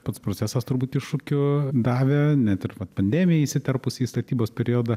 pats procesas turbūt iššūkių davė net ir pandemijai įsiterpus į statybos periodą